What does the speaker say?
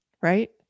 right